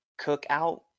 cookout